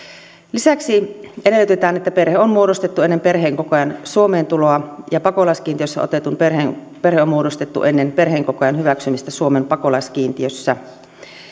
lisäksi edellytetään että perhe on muodostettu ennen perheenkokoajan suomeen tuloa ja pakolaiskiintiössä otetun perhe on muodostettu ennen perheenkokoajan hyväksymistä suomen pakolaiskiintiössä